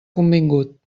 convingut